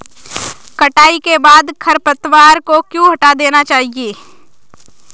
कटाई के बाद खरपतवार को क्यो हटा देना चाहिए?